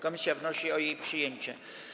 Komisja wnosi o jej przyjęcie.